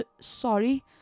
sorry